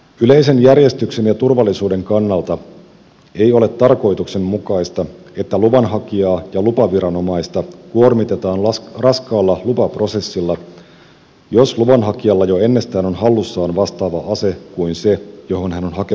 yleisen järjestyksen ja turvallisuuden kannalta ei ole tarkoituksenmukaista että luvan hakijaa ja lupaviranomaista kuormitetaan raskaalla lupaprosessilla jos luvan hakijalla jo ennestään on hallussaan vastaava ase kuin se johon hän on hakemassa lupaa